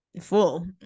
full